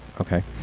Okay